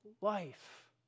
life